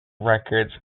records